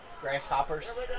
Grasshoppers